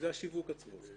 זה השיווק עצמו.